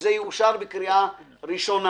שזה יאושר בקריאה הראשונה.